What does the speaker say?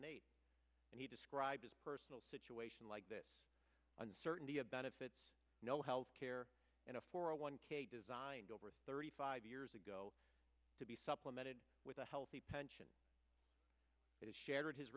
and eight and he described his personal situation like this uncertainty of benefits no healthcare in a for a one designed over thirty five years ago to be supplemented with a healthy pension that is shared his